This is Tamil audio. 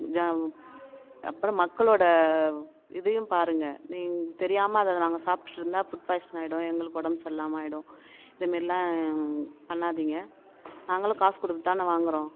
ஜா அப்புறம் மக்களோடய இதையும் பாருங்க நீங்க தெரியாமல் அதை நாங்கள் சாப்பிட்ருந்தா ஃபுட் பாய்ஷன் ஆகிடும் எங்களுக்கு உடம்பு சரியில்லாமல் ஆகிடும் இதமாரிலாம் பண்ணாதீங்க நாங்களும் காசு கொடுத்து தான வாங்கிறோம்